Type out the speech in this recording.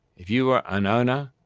if you were an owner,